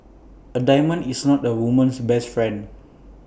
A diamond is not A woman's best friend